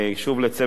שוב לצוות הוועדה,